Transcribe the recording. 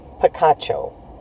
Picacho